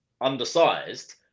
undersized